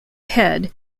head